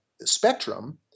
spectrum